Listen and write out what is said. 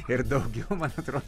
ir daugiau man atrodo